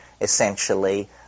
essentially